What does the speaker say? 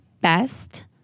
best